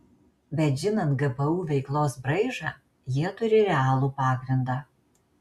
bet žinant gpu veiklos braižą jie turi realų pagrindą